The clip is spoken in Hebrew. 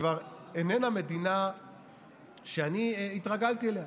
כבר איננה המדינה שאני התרגלתי אליה,